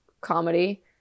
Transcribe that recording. comedy